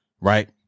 right